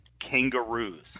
kangaroos